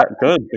good